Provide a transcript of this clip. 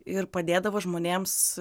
ir padėdavo žmonėms